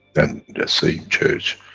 and the same church,